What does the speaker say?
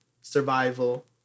survival